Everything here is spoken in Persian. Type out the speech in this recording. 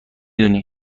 دونی